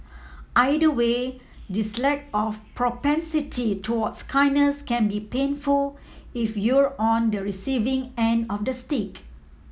either way this lack of propensity towards kindness can be painful if you're on the receiving end of the stick